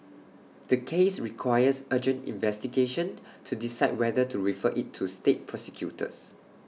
the case requires urgent investigation to decide whether to refer IT to state prosecutors